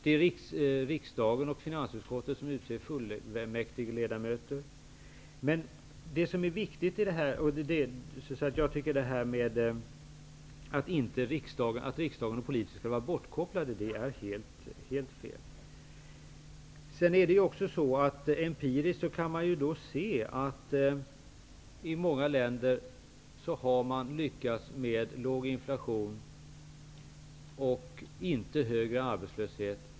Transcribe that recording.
Det är riksdagen och finansutskottet som utser fullmäktigeledamöter. Att riksdagen och politikerna skulle vara bortkopplade är helt fel. Man kan empiriskt se att man i många länder har lyckats med att ha en låg inflation och att inte skapa en högre arbetslöshet.